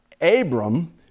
Abram